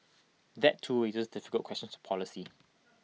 that too raises difficult questions of policy